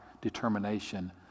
determination